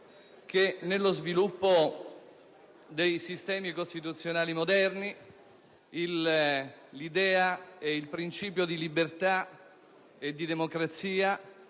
che, nello sviluppo dei sistemi costituzionali moderni, l'idea e il principio di libertà e di democrazia